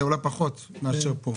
אה סליחה, עולה פחות מאשר פה.